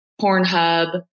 Pornhub